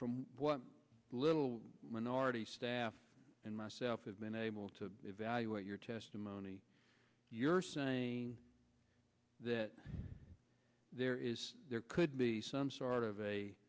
from what little minority staff and myself have been able to evaluate your testimony you're saying that there is there could be some sort of a